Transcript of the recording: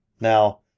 Now